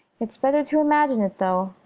it's better to imagine it though,